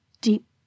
deep